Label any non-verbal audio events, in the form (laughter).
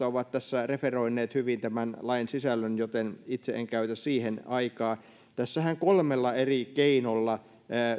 (unintelligible) ovat tässä referoineet hyvin tämän lain sisällön joten itse en käytä siihen aikaa tässähän kolmella eri keinolla